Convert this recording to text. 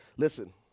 Listen